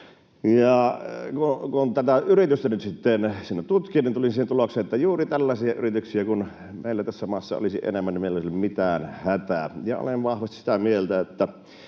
sitten siinä tutkin, niin tulin siihen tulokseen, että kun juuri tällaisia yrityksiä meillä tässä maassa olisi enemmän, niin meillä ei olisi mitään hätää. Ja olen vahvasti sitä mieltä,